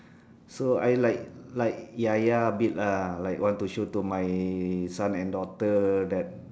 so I like like ya ya bit lah like want to show to my son and daughter that